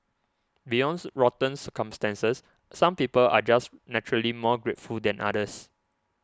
beyond rotten circumstances some people are just naturally more grateful than others